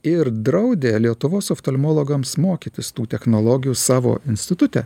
ir draudė lietuvos oftalmologams mokytis tų technologijų savo institute